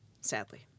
Sadly